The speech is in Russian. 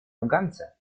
афганцы